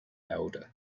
elder